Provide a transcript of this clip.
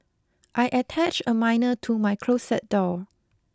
I attached a minor to my closet door